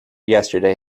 yesterday